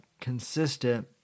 consistent